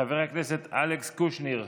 חבר הכנסת אלכס קושניר,